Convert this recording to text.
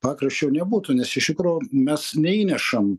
pakraščio nebūtų nes iš tikro mes neįnešam